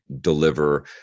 deliver